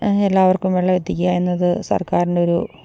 എല്ലാവർക്കും വെള്ളം എത്തിക്കുക എന്നത് സർക്കാരിൻ്റെ ഒരു